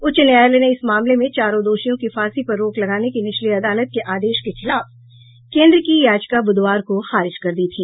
उच्च न्यायालय ने इस मामले में चारों दोषियों की फांसी पर रोक लगाने के निचली अदालत के आदेश के खिलाफ केन्द्र की याचिका बुधवार को खारिज कर दी थी